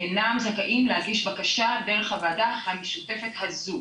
אינם זכאים להגיש בקשה דרך הוועדה המשותפת הזו.